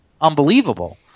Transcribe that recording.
unbelievable